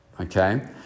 Okay